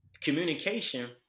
communication